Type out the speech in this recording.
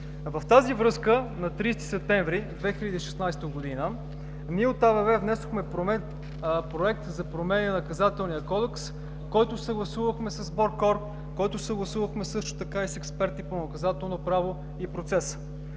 В тази връзка на 30 септември 2016 г. ние от АБВ внесохме Проект за промени на Наказателния кодекс, който съгласувахме с БОРКОР, който съгласувахме също така и с експерти по Наказателно право и процес.